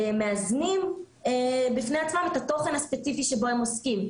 שמאזנים בפני עצמם את התוכן הספציפי שבו הם עוסקים.